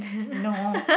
no